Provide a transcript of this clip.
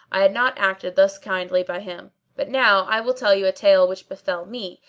i had not acted thus kindly by him but now i will tell you a tale which befell me,